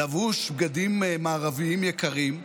לבוש בגדים מערביים יקרים,